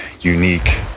unique